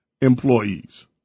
employees